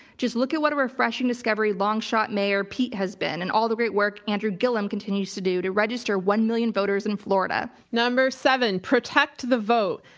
just look at what a refreshing discovery long shot mayor pete has been and all the great work andrew gillum continues to do to register one million voters in florida. number seven protect the vote.